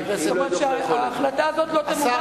זאת אומרת שההחלטה הזאת לא תמומש עד,